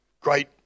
great